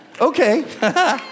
Okay